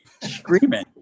screaming